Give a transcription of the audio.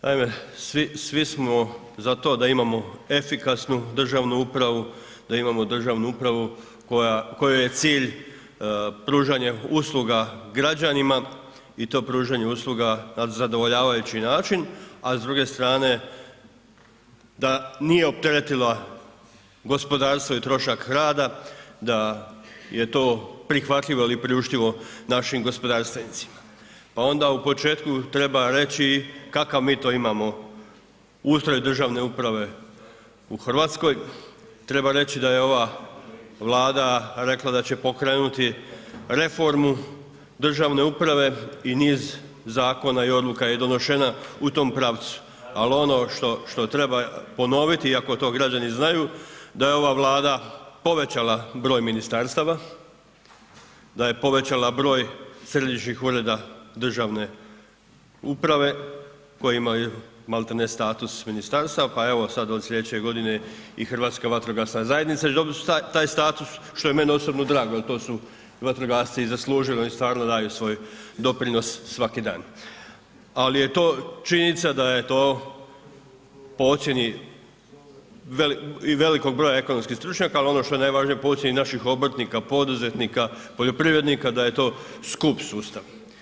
Naime, svi, svi smo za to da imamo efikasnu državnu upravu, da imamo državnu upravu kojoj je cilj pružanje usluga građanima i to pružanje usluga na zadovoljavajući način, a s druge strane da nije opteretila gospodarstvo i trošak rada, da je to prihvatljivo ili priuštivo našim gospodarstvenicima, pa onda u početku treba reći i kakav mi to imamo ustroj državne uprave u RH, treba reći da je ova Vlada rekla da će pokrenuti reformu državne uprave i niz zakona i odluka je donešena u tom pravcu, al ono što, što treba ponoviti, iako to građani znaju, da je ova Vlada povećala broj ministarstava, da je povećala broj središnjih ureda državne uprave koji imaju malte ne status ministarstava, pa evo sad od slijedeće godine i Hrvatska vatrogasna zajednica će dobiti taj status, što je meni osobno drago jel to su vatrogasci i zaslužili, oni stvarno daju svoj doprinos svaki dan, al je to činjenica da je to po ocijeni i velikog broja ekonomskih stručnjaka, al ono što je najvažnije, po ocijeni naših obrtnika, poduzetnika, poljoprivrednika, da je to skup sustav.